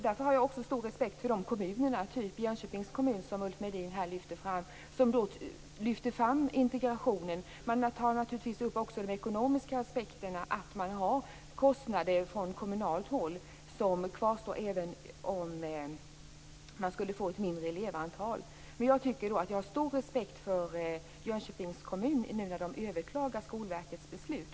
Därför har jag också stor respekt för de kommuner - t.ex. Jönköpings kommun, som Ulf Melin lyfte fram - som betonar integrationen. Men man tar naturligtvis också upp de ekonomiska aspekterna. Man har kostnader på kommunalt håll som kvarstår även om elevantalet blir mindre. Jag har stor respekt för Jönköpings kommun när man överklagar Skolverkets beslut.